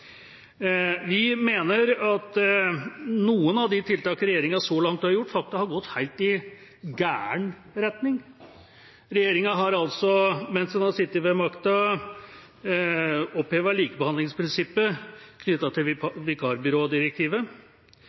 Vi mener at noen av de tiltak regjeringa så langt har gjort, faktisk har gått helt i gæren retning. Regjeringa har, mens den har sittet ved makta, opphevet likebehandlingsprinsippet knyttet til vikarbyrådirektivet.